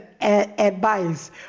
advice